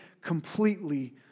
completely